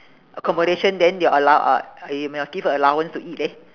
accommodation then your allow~ uh uh you must give her allowance to eat leh